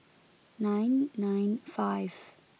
nine nine five